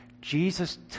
Jesus